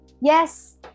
yes